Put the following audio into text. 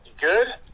good